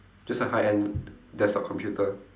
just a high end desktop computer